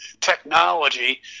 technology